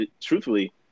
Truthfully